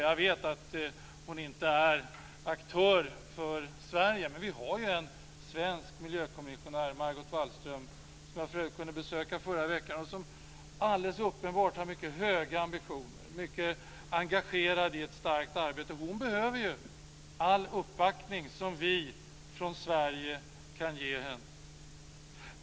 Jag vet att hon inte är aktör för Sverige, men vi har ju en svensk miljökommissionär, Margot Wallström, som jag för övrigt kunde besöka förra veckan. Hon har alldeles uppenbart mycket höga ambitioner. Hon är mycket engagerad i ett starkt arbete. Hon behöver all uppbackning som vi från Sverige kan ge henne.